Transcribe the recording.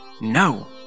No